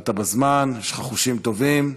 באת בזמן, יש לך חושים טובים.